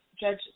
Judge